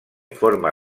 forma